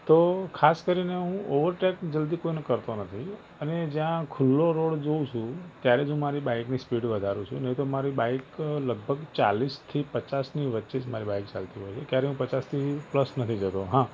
તો ખાસ કરીને હું ઓવેરટેક જલ્દી કોઈને કરતો નથી અને જ્યાં ખુલ્લો રોડ જોઉં છું ત્યારે જ હું મારી બાઈકની સ્પીડ વધારું છું નહીં તો મારી બાઈક લગભગ ચાળીસથી પચાસની વચ્ચે જ મારી બાઈક ચાલતી હોય છે ક્યારેય હું પચાસની પ્લસ નથી જતો હા